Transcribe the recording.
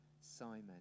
Simon